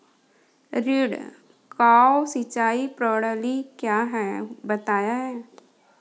छिड़काव सिंचाई प्रणाली क्या है बताएँ?